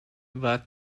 war